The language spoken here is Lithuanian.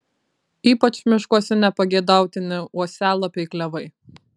ypač miškuose nepageidautini uosialapiai klevai